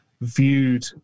viewed